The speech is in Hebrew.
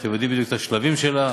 אתם יודעים בדיוק את השלבים שלה.